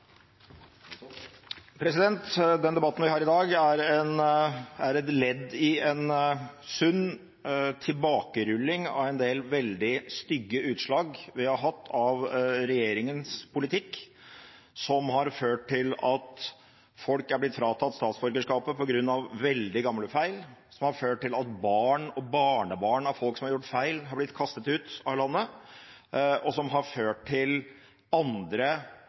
et ledd i en sunn tilbakerulling av en del veldig stygge utslag vi har hatt av regjeringens politikk, som har ført til at folk er blitt fratatt statsborgerskapet på grunn av veldig gamle feil, som har ført til at barn og barnebarn av folk som har gjort feil, har blitt kastet ut av landet, og som har ført til andre